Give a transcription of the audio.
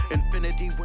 infinity